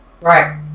Right